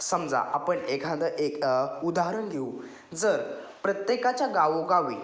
समजा आपण एखादं एक उदाहरण देऊ जर प्रत्येकाच्या गावोगावी